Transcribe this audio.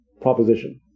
proposition